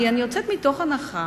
כי אני יוצאת מתוך הנחה